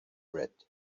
red